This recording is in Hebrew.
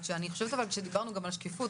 דברנו על השקיפות,